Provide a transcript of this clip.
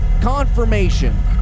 confirmation